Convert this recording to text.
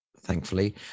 thankfully